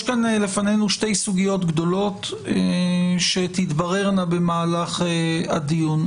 יש לפנינו שתי סוגיות גדולות שתתבררנה במהלך הדיון.